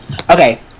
Okay